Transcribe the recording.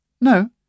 No